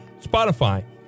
Spotify